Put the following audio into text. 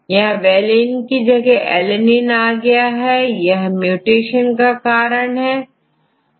यहां valine की जगहalanine आ गया है यह म्यूटेशन का कारण है